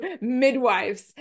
midwives